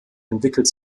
entwickelt